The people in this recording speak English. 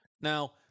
Now